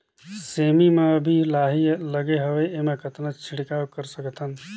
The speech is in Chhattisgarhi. सेमी म अभी लाही लगे हवे एमा कतना छिड़काव कर सकथन?